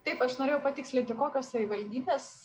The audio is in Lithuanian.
taip aš norėjau patikslinti kokios savivaldybės